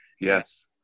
yes